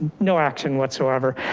no action whatsoever.